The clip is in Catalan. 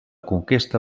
conquesta